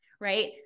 right